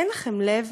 אין לכם לב?